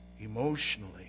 emotionally